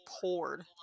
poured